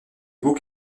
beaux